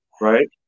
Right